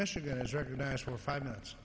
michigan is recognized for five minutes